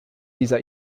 dieser